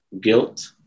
guilt